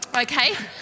Okay